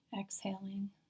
exhaling